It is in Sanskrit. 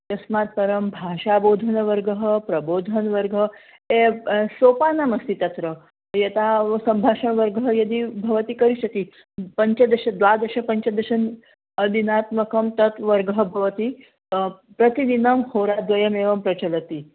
तस्मात् परं भाषाप्रबोधनवर्गः प्रबोधनवर्गः यः सोपानमस्ति तत्र यथा सम्भाषणवर्गः यदि भवति करिष्यति पञ्चदश द्वादश पञ्चदश दिनात्मकं तत् वर्गः भवति प्रतिदिनं होराद्वयमेवं प्रचलति